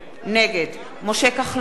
נגד משה כחלון,